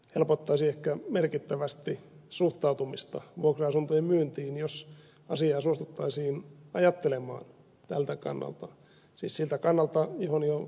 helpottaisi ehkä merkittävästi suhtautumista vuokra asuntojen myyntiin jos asiaa suostuttaisiin ajattelemaan tältä kannalta siis siltä kannalta johon jo ed